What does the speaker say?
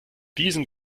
diesen